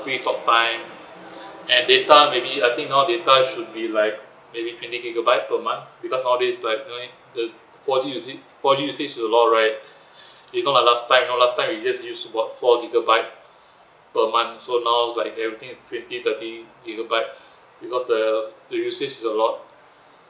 free talk time and data maybe I think now data should be like maybe twenty gigabyte per month because nowadays like the four G usage four G usage is a lot right it's not like last time last time we just use what four gigabyte per month so now's like everything is twenty thirty gigabyte because the the usage is a lot